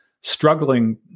struggling